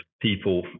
people